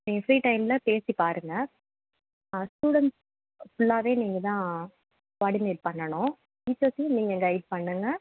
நீங்கள் ஃப்ரீ டைமில் பேசி பாருங்கள் ஸ்டூடண்ஸ் ஃபுல்லாவே நீங்கள் தான் கோஆடினேட் பண்ணணும் டீச்சர்ஸையும் நீங்கள் கைட் பண்ணுங்க